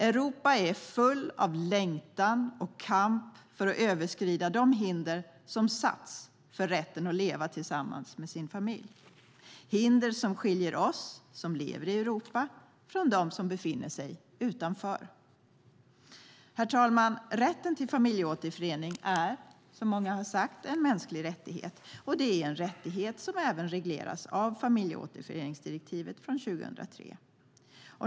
Europa är fullt av längtan och kamp för att överskrida de hinder som har satts upp för rätten att leva tillsammans med sin familj, hinder som skiljer oss som lever i Europa från dem som befinner sig utanför. Herr talman! Rätten till familjeåterförening är, som många har sagt, en mänsklig rättighet. Det är en rättighet som även regleras av familjåterföreningsdirektivet från 2003.